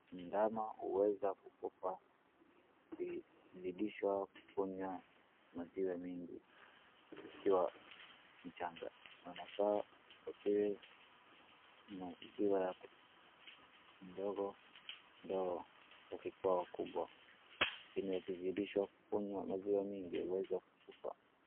Ndama inaeza kufa ikizidshwa kunywa maziwa nyingi ikiwa mchanga, wanafaa maziwa ya kidogo ndio wakikua wakubwa. Lakini wakizidishwa kunywa maziwa nyngi waweza kukufa.